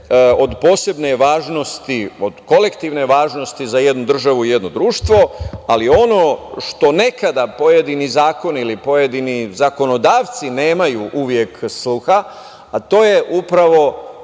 od posebne važnosti, kolektivne važnosti za jednu državu i jedno društvo, ali ono za šta nekada pojedini zakoni ili pojedini zakonodavci nemaju uvek sluha, a to je upravo